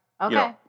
Okay